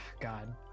God